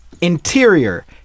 Interior